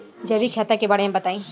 जैविक खेती के बारे में बताइ